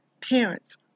parents